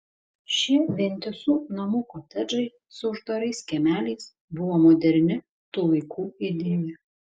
šie vientisų namų kotedžai su uždarais kiemeliais buvo moderni tų laikų idėja